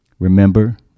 Remember